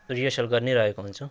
rehearsal गरिनै रहेको हुन्छु